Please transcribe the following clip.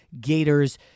Gators